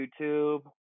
YouTube